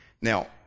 Now